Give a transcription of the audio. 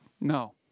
No